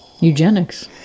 Eugenics